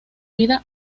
vida